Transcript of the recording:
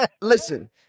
listen